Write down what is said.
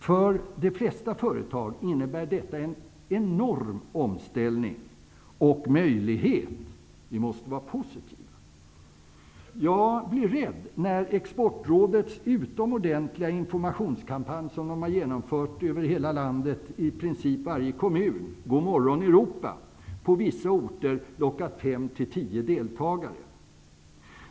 För de flesta företag innebär detta en enorm omställning -- och möjlighet. Vi måste vara positiva! Jag blir rädd när Exportrådets utomordentliga informationskampanj, som har genomförts i princip i alla kommuner i hela landet, ''Gomorron Europa'' på vissa orter lockar fem till tio deltagare.